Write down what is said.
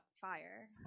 fire